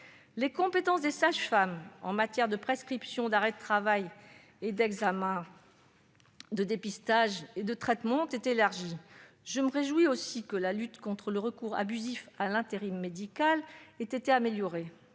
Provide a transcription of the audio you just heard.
Les compétences des sages-femmes en matière de prescriptions d'arrêt de travail ou d'examens de dépistage et de traitement ont été élargies. Je me réjouis aussi que la lutte contre le recours abusif à l'intérim médical ait été améliorée.